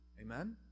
Amen